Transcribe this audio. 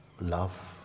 love